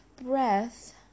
breath